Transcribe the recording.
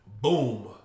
Boom